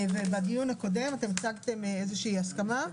בדיון הקודם הצגתם איזושהי הסכמה.